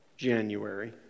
January